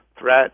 threat